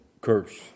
curse